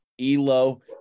Elo